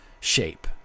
shape